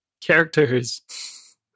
characters